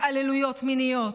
התעללויות מיניות,